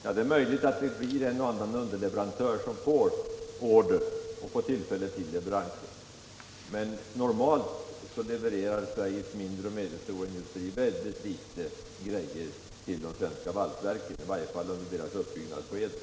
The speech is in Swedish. Ja, det är möjligt att en och annan underleverantör får order och tillfälle till leveranser, men normalt levererar Sveriges mindre och medelstora industrier synnerligen litet grejor till de svenska valsverken, i varje fall under deras uppbyggnadsskede.